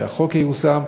שהחוק ייושם,